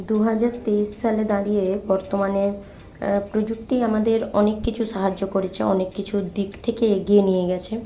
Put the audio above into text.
দু হাজার তেইশ সালে দাঁড়িয়ে বর্তমানে প্রযুক্তি আমাদের অনেক কিছু সাহায্য করেছে অনেক কিছুর দিক থেকে এগিয়ে নিয়ে গেছে